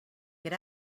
get